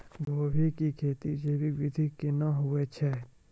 गोभी की खेती जैविक विधि केना हुए छ?